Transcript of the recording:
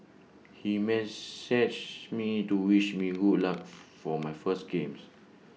he messaged me to wish me good luck for my first games